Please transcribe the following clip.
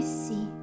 see